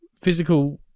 physical